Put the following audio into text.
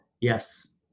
Yes